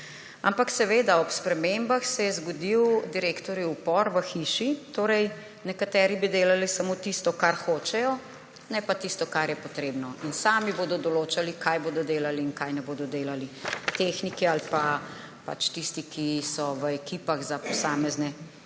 Ampak seveda, ob spremembah se je zgodil direktorjev upor v hiši, nekateri bi delali samo tisto, kar hočejo, ne pa tisto, kar je potrebno. In sami bodo določali, kaj bodo delali in česa ne bodo delali, tehniki ali pa pač tisti, ki so v ekipah za posamezne oddaje.